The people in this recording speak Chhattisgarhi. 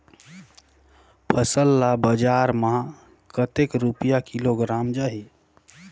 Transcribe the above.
फसल ला बजार मां कतेक रुपिया किलोग्राम जाही?